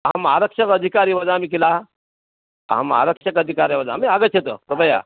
अहम् आरक्षक अधिकारी वदामि किल अहम् आरक्षक अधिकारी वदामि आगच्छतु कृपया